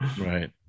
right